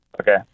Okay